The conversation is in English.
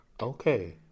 okay